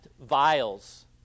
vials